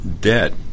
debt